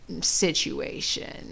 situation